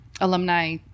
alumni